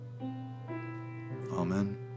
Amen